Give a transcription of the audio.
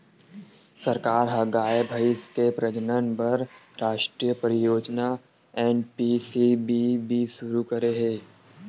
सरकार ह गाय, भइसी के प्रजनन बर रास्टीय परियोजना एन.पी.सी.बी.बी सुरू करे हे